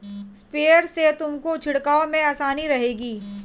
sprayer से तुमको छिड़काव में आसानी रहेगी